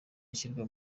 ashyirwa